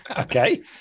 Okay